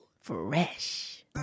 Fresh